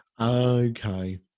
Okay